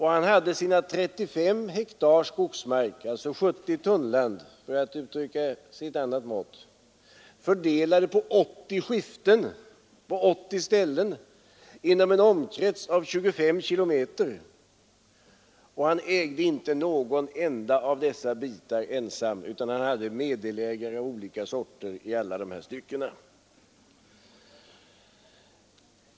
Han hade sina 35 hektar skogsmark, dvs. 70 tunnland för att uttrycka sig i ett annat mått, fördelade på 80 skiften på 80 ställen inom en omkrets av 25 kilometer. Han ägde inte någon enda av dessa bitar ensam utan hade meddelägare av olika sorter i alla dessa stycken.